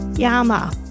Yama